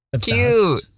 Cute